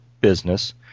business